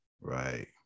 Right